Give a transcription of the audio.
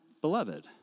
beloved